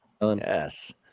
Yes